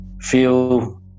feel